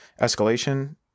Escalation